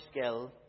skill